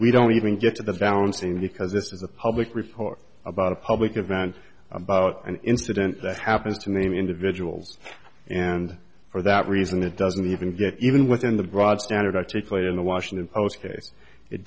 we don't even get to the balancing because this is a public report about a public event about an incident that happens to many individuals and for that reason it doesn't even get even within the broad standard articulate in the washington post case it